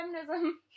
feminism